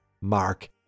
Mark